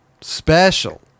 Special